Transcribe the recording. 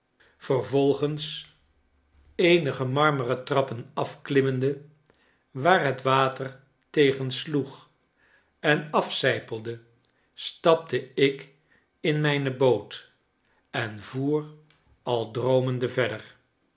yervolgens eenige marmeren trappen afklimmende waar het water tegen sloeg en af zijpelde stapte ik in mijne boot en voer al droomende verder